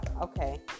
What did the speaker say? okay